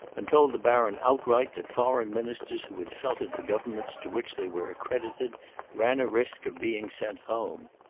and told the baron outright that foreign ministers who insulted the governments to which they were accredited ran a risk of being sent home.